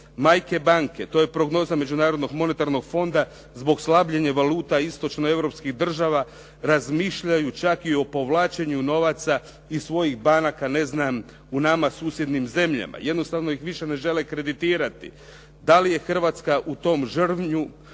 Majke banke, to je prognoza Međunarodnog monetarnog fonda zbog slabljenja valuta istočno Europskih država razmišljaju čak i o povlačenju novaca iz svojih banaka, ne znam u nama susjednim zemljama. Jednostavno ih više ne žele kreditirati. Da li je Hrvatska u tom žrvnju,